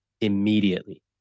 Immediately